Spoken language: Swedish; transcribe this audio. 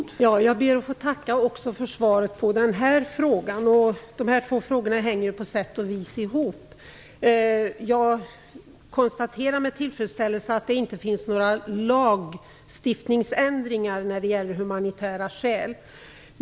Fru talman! Jag ber att få tacka också för svaret på den här frågan. Mina två frågor hänger på sätt och vis ihop. Jag konstaterar med tillfredsställelse att det inte finns några lagstiftningsändringar när det gäller humanitära skäl.